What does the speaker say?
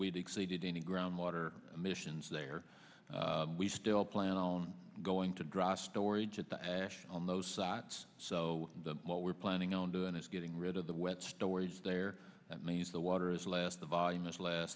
we've exceeded any groundwater emissions there we still plan on going to drop storage at the ash on those sites so what we're planning on doing is getting rid of the wet stories there that means the water is less the volume